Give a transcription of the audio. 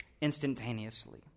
instantaneously